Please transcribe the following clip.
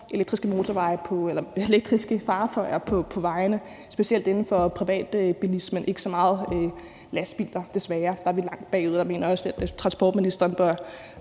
Der kommer bestemt flere elkøretøjer på vejene, specielt inden for privatbilismen, men ikke så mange lastbiler desværre. Der er vi langt bagud, og jeg mener også, at transportministeren bør